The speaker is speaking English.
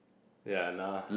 ya now